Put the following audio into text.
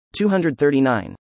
239